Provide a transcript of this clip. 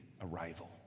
arrival